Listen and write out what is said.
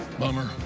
bummer